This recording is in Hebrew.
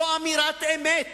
זו אמירת אמת.